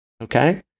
okay